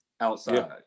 outside